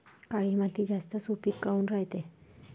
काळी माती जास्त सुपीक काऊन रायते?